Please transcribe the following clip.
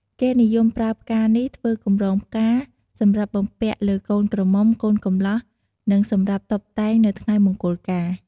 គេនិយមប្រើផ្កានេះ ធ្វើកម្រងផ្កាសម្រាប់បំពាក់លើកូនក្រមុំ កូនកំលោះ និងសម្រាប់តុបតែង នៅថ្ងៃមង្គលការ។